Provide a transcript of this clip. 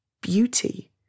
beauty